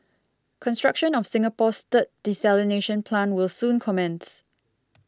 construction of Singapore's third desalination plant will soon commence